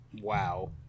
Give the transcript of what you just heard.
Wow